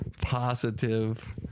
positive